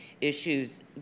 issues